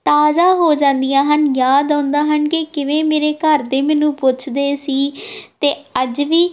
ਤਾਜ਼ਾ ਹੋ ਜਾਂਦੀਆਂ ਹਨ ਯਾਦ ਆਉਂਦਾ ਹਨ ਕਿ ਕਿਵੇਂ ਮੇਰੇ ਘਰ ਦੇ ਮੈਨੂੰ ਪੁੱਛਦੇ ਸੀ ਅਤੇ ਅੱਜ ਵੀ